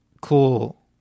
cool